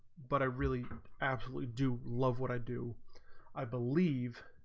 but i really didn't actually do love what i do i believe